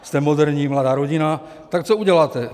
Jste moderní mladá rodina, tak co uděláte?